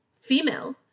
female